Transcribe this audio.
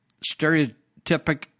Stereotypic